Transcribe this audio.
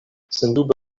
sendube